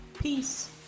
peace